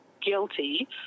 guilty